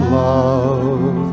love